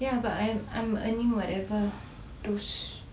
ya but I'm earning whatever those